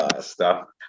Stop